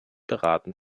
beraten